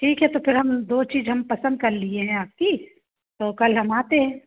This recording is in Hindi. ठीक है तो फिर हम दो चीज़ हम पसंद कर लिए हैं आपकी तो कल हम आते हैं